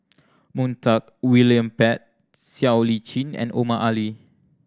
Montague William Pett Siow Lee Chin and Omar Ali